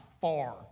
far